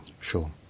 sure